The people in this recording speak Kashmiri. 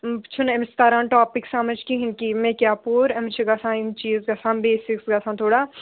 چھُنہٕ أمِس تَران ٹاپِک سَمٕج کِہیٖنۍ کہِ مےٚ کیٛاہ پوٚر أمِس چھِ گژھان یِم چیٖز گژھان بیسِکس گژھان تھوڑا